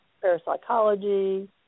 parapsychology